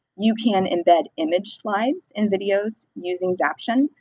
you can embed image slides in videos using zaption.